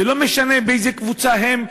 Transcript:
ולא משנה באיזה קבוצה הם,